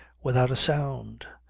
without a sound,